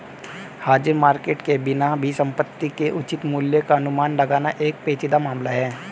हाजिर मार्केट के बिना भी संपत्ति के उचित मूल्य का अनुमान लगाना एक पेचीदा मामला होगा